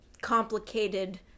complicated